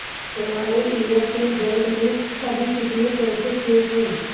तुम्हारे Airtel bank में अभी कितने पैसे शेष हैं?